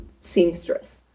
seamstress